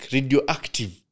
Radioactive